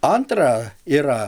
antra yra